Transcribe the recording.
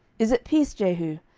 is it peace, jehu?